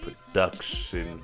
Production